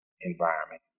environment